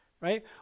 right